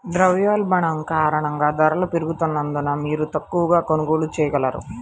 ద్రవ్యోల్బణం కారణంగా ధరలు పెరుగుతున్నందున, మీరు తక్కువ కొనుగోళ్ళు చేయగలరు